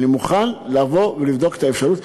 אני מוכן לבוא ולבדוק את האפשרות,